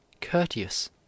courteous